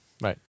right